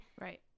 Right